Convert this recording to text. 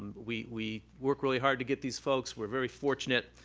we we work really hard to get these folks. we're very fortunate.